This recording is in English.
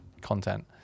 content